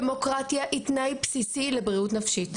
דמוקרטיה היא תנאי בסיסי לבריאות נפשית,